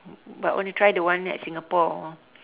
but want to try the one at Singapore